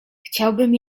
chciałbym